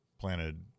planted